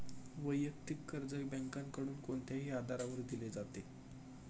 वैयक्तिक कर्ज बँकांकडून कोणत्याही आधारावर दिले जाते